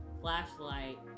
flashlight